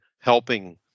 helping